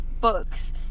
books